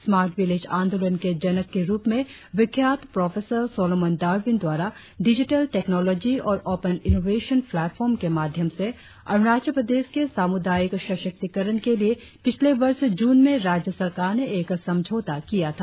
smart village आंदोलन के जनक के रुप में विख्यात प्रोफेसर सोलोमन डार्विन द्वारा डिजिटल टेक्नोलॉजी और ओपेन इनोवेशन प्लेटफॉर्म के माध्यम से अरुणाचल प्रदेश के सामुदायिक सशक्तिकरण के लिए पिछले वर्ष जून में राज्य सरकार ने एक समझौता किया था